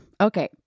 Okay